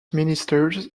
ministers